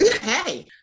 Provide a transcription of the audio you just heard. Hey